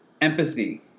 empathy